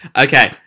Okay